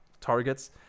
targets